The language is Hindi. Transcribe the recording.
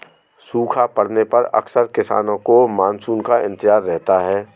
सूखा पड़ने पर अक्सर किसानों को मानसून का इंतजार रहता है